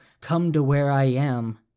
come-to-where-I-am